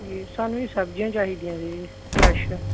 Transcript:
ਜੀ ਸਾਨੂੰ ਜੀ ਸਬਜ਼ੀਆਂ ਚਾਹੀਦੀਆਂ ਸੀ ਜੀ ਫਰੈਸ਼